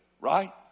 right